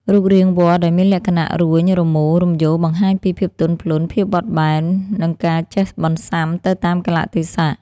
រូបរាងវល្លិ៍ដែលមានលក្ខណៈរួញ រមូរ រំយោលបង្ហាញពី ភាពទន់ភ្លន់ ភាពបត់បែន និងការចេះបន្សាំ ទៅតាមកាលៈទេសៈ។